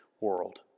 world